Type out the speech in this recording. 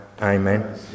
amen